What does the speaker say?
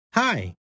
Hi